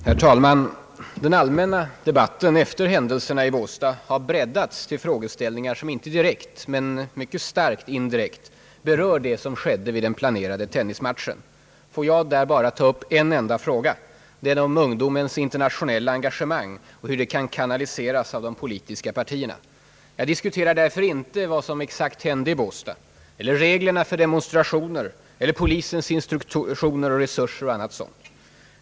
Herr talman! Den allmänna debatten efter händelserna i Båstad har breddats till frågeställningar som inte direkt, men väl indirekt, berör det som skedde vid den planerade tennismatchen. Får jag bara ta upp en enda fråga: Den om ungdomens internationella engagemang och hur det kan kanaliseras av de politiska partierna. Jag diskuterar därför inte vad som exakt hände i Båstad, reglerna för demonstrationer, polisens instruktioner, resurser och annat sådant.